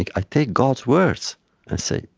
like i take god's words and say,